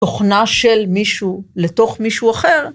תוכנה של מישהו לתוך מישהו אחר.